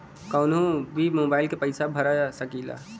कन्हू भी मोबाइल के पैसा भरा सकीला?